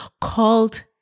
called